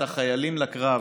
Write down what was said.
את החיילים לקרב.